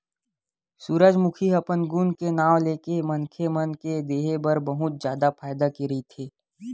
सूरजमूखी ह अपन गुन के नांव लेके मनखे मन के देहे बर बहुत जादा फायदा के रहिथे